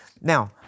Now